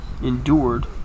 endured